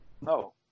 No